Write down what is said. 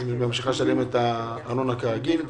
אז היא ממשיכה לשלם את הארנונה כרגיל.